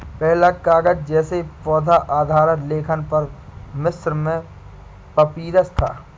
पहला कागज़ जैसा पौधा आधारित लेखन पत्र मिस्र में पपीरस था